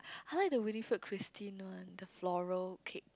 I like the really Christine one the floral cake